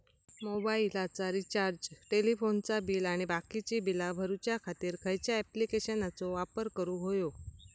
मोबाईलाचा रिचार्ज टेलिफोनाचा बिल आणि बाकीची बिला भरूच्या खातीर खयच्या ॲप्लिकेशनाचो वापर करूक होयो?